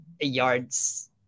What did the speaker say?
yards